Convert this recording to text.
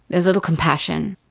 there's little compassion.